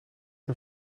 een